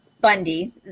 Bundy